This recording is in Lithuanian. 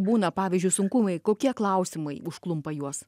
būna pavyzdžiui sunkumai kokie klausimai užklumpa juos